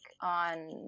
on